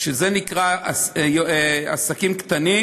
שזה נקרא עסקים קטנים,